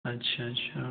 अच्छा अच्छा